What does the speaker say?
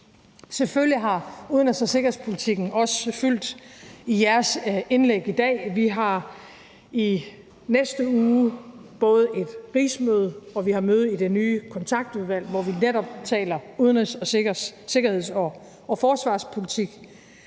Selvfølgelig har udenrigs- og sikkerhedspolitikken også fyldt i jeres indlæg i dag. Vi har i næste uge både et rigsmøde og et møde i det nye kontaktudvalg, hvor vi netop taler udenrigs-, sikkerheds- og forsvarspolitik.